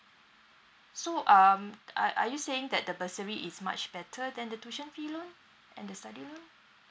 so um are are you saying that the bursary is much better than the tuition fee loan and the study loan